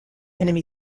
enemy